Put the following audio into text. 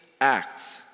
acts